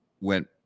went